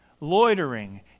loitering